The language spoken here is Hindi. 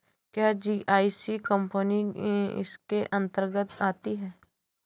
क्या जी.आई.सी कंपनी इसके अन्तर्गत आती है?